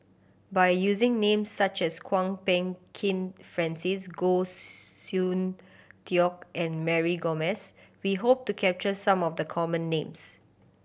by using names such as Kwok Peng Kin Francis Goh Soon Tioe and Mary Gomes we hope to capture some of the common names